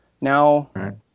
now